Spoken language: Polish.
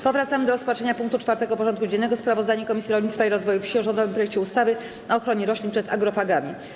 Powracamy do rozpatrzenia punktu 4. porządku dziennego: Sprawozdanie Komisji Rolnictwa i Rozwoju Wsi o rządowym projekcie ustawy o ochronie roślin przed agrofagami.